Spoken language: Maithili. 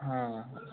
हँ